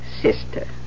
Sister